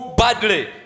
badly